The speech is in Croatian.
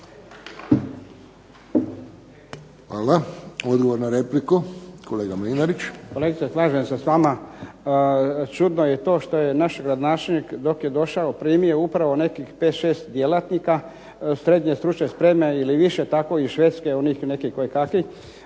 Hvala. Odgovor na repliku, kolega Mlinarić. **Mlinarić, Petar (HDZ)** Kolegice slažem se s vama. Čudno je to što je naš gradonačelnik, dok je došao primio upravo nekih 5, 6 djelatnika srednje stručne spreme ili više tako iz Švedske, onih nekih kojekakvih,